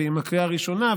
ועם הקריאה הראשונה,